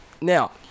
Now